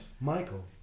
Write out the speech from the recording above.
Michael